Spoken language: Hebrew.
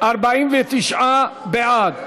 לארץ-ישראל (תיקון,